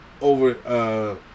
over